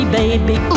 baby